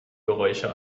geräusche